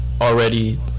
Already